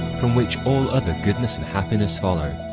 from which all other goodness and happiness follow.